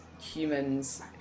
humans